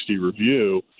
review